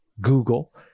Google